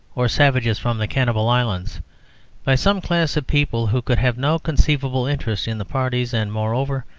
or savages from the cannibal islands by some class of people who could have no conceivable interest in the parties, and moreover,